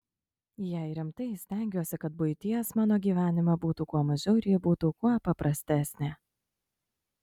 jei rimtai stengiuosi kad buities mano gyvenime būtų kuo mažiau ir ji būtų kuo paprastesnė